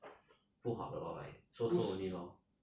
不好的 lor like so so only lor